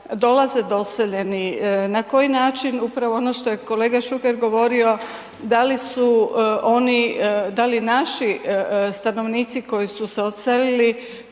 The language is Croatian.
dolaze doseljeni, na koji način upravo ono što je kolega Šuker govorio, da li naši stanovnici koji su se odselili